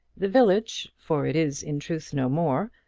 the village for it is in truth no more,